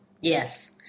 yes